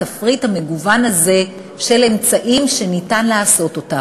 התפריט המגוון הזה של אמצעים שניתן לעשות.